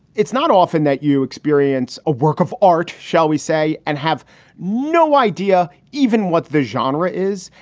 it's not often that you experience a work of art, shall we say, and have no idea even what the genre is.